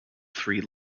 three